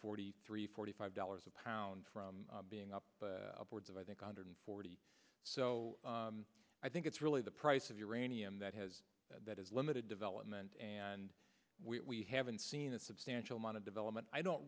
forty three forty five dollars a pound from being up boards of i think on hundred forty so i think it's really the price of uranium that has that is limited development and we haven't seen a substantial amount of development i don't